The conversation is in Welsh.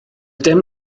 dim